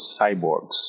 cyborgs